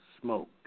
smoke